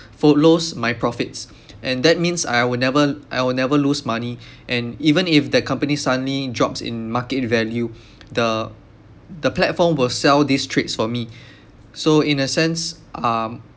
follows my profits and that means I will never I will never lose money and even if the company suddenly drops in market value the the platform will sell these trades for me so in a sense uh